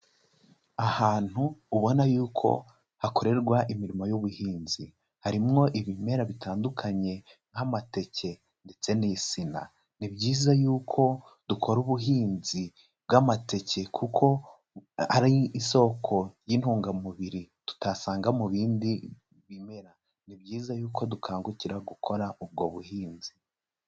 Ahantu ubona yuko hakorerwa imirimo y'ubuhinzi, harimwo ibimera bitandukanye nk'amateke ndetse n'insina, ni byiza yuko dukora ubuhinzi bw'amateke kuko ari isoko y'intungamubiri tutasanga mu bindi bimera, ni byiza yuko dukangukira gukora ubwo buhinzi.